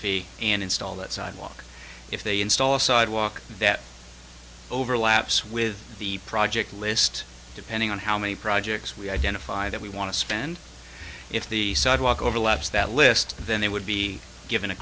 impact and install that sidewalk if they install a sidewalk that overlaps with the project list depending on how many projects we identify that we want to spend if the sidewalk overlaps that list then they would be given a